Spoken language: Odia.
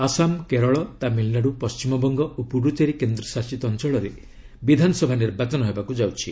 ଆସାମ କେରଳ ତାମିଲନାଡୁ ପଶ୍ଚିମବଙ୍ଗ ଓ ପୁଡ଼ୁଚେରୀ କେନ୍ଦ୍ରଶାସିତ ଅଞ୍ଚଳରେ ବିଧାନସଭା ନିର୍ବାଚନ ହେବାକୁ ଯାଉଛି